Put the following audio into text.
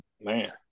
man